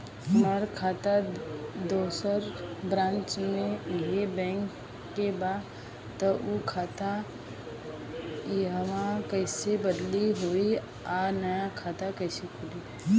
हमार खाता दोसर ब्रांच में इहे बैंक के बा त उ खाता इहवा कइसे बदली होई आ नया खाता कइसे खुली?